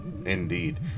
Indeed